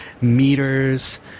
meters